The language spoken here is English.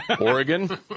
Oregon